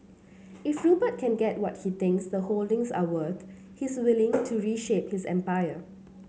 if Rupert can get what he thinks the holdings are worth he's willing to reshape his empire